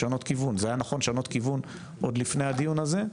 זה היה נכון לשנות כיוון עוד לפני הדיון הזה,